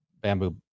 bamboo